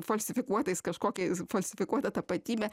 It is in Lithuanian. falsifikuotais kažkokiais falsifikuota tapatybe